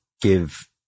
give